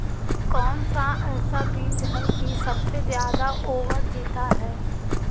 कौन सा ऐसा बीज है की सबसे ज्यादा ओवर जीता है?